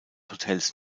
hotels